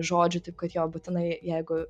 žodžių taip kad jo būtinai jeigu